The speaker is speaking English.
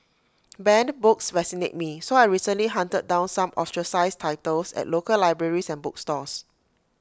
banned books fascinate me so I recently hunted down some ostracised titles at local libraries and bookstores